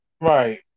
Right